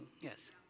Yes